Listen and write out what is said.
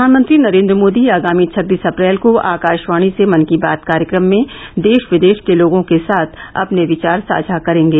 प्रधानमंत्री नरेन्द्र मोदी आगामी छब्बीस अप्रैल को आकाशवाणी से मन की बात कार्यक्रम में देश विदेश के लोगों के साथ अपने विचार साझा करेंगे